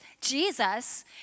Jesus